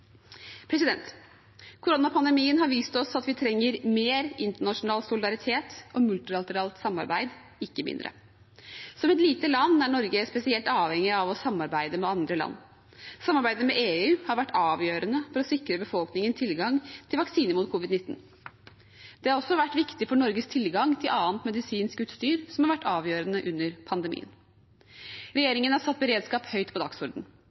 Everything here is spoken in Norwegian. Koronapandemien har vist oss at vi trenger mer internasjonal solidaritet og multilateralt samarbeid, ikke mindre. Som et lite land er Norge spesielt avhengig av å samarbeide med andre land. Samarbeidet med EU har vært avgjørende for å sikre befolkningen tilgang til vaksine mot covid-19. Det har også vært viktig for Norges tilgang til annet medisinsk utstyr som har vært avgjørende under pandemien. Regjeringen har satt beredskap høyt på